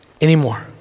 anymore